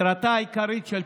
הוא מתנגד להצעת החוק שלך,